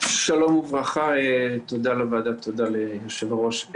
שלום וברכה ותודה לוועדה וליושב-ראש.